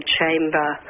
chamber